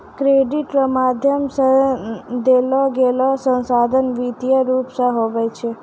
credit रो माध्यम से देलोगेलो संसाधन वित्तीय रूप मे हुवै छै